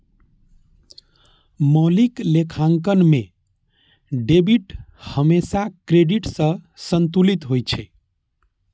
मौलिक लेखांकन मे डेबिट हमेशा क्रेडिट सं संतुलित होइ छै